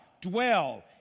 dwell